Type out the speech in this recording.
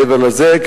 מעבר לזה.